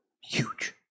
Huge